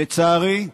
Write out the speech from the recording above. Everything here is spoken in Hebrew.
לצערי,